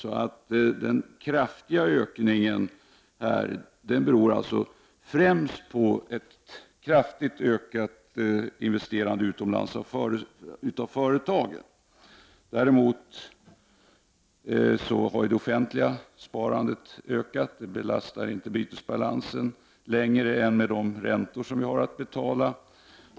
Så den kraftiga ökningen beror främst på ett kraftigt ökat investerande utomlands av företagen. Däremot har det offentliga sparandet ökat. Det belastar inte bytesbalansen mer än med de räntor som vi har att betala.